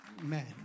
Amen